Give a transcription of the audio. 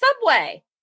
Subway